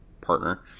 partner